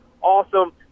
awesome